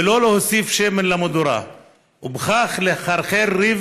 ולא להוסיף שמן למדורה ובכך לחרחר ריב